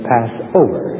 Passover